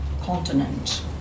continent